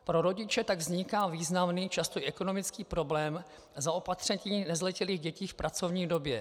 Pro rodiče tak vzniká významný, často ekonomický problém zaopatření nezletilých dětí v pracovní době.